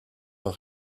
d’un